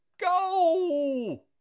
go